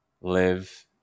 live